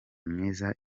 myiza